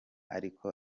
ariko